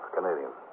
Canadian